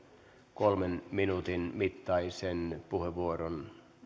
kolmen minuutin mittaisen puheenvuoron